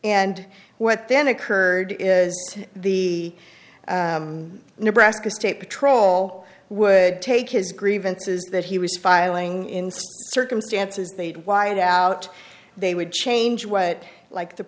and what then occurred is the nebraska state patrol would take his grievances that he was filing in circumstances they'd wideout they would change what like the